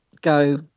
go